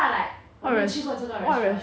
what res~ what restaurant